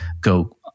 go